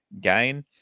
gain